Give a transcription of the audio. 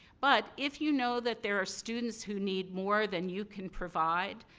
but, if you know that there are students who need more than you can provide,